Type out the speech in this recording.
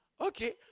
okay